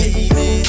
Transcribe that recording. Baby